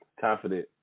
Confident